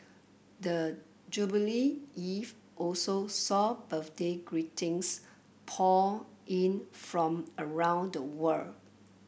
the jubilee eve also saw birthday greetings pour in from around the world